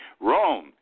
Rome